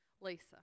Lisa